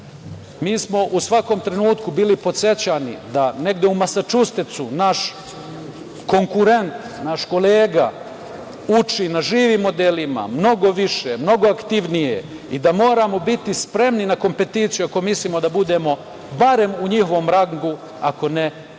Mi smo u svakom trenutku bili podsećani da negde u Masačusetsu naš konkurent, naš kolega, uči na živim modelima mnogo više, mnogo aktivnije i da moramo biti spremni na kompeticiju ako mislimo da budemo barem u njihovom rangu, ako ne i